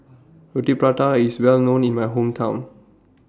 Roti Prata IS Well known in My Hometown